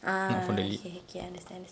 ah okay okay understand understand